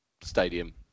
Stadium